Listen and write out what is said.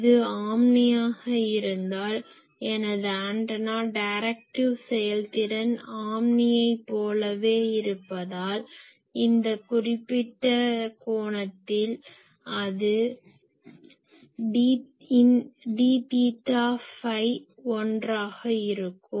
இது ஆம்னியாக இருந்தால் எனது ஆண்டனா டைரக்டிவ் செயல்திறன் ஆம்னியைப் போலவே இருப்பதால் அந்த குறிப்பிட்ட கோணத்தில் இந்த dதீட்டா ஃபை 1 ஆக இருக்கும்